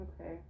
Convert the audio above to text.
Okay